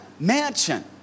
Mansion